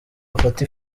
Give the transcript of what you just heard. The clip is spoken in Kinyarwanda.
afata